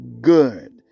good